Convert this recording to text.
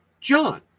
John